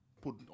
put